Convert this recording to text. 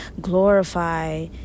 glorify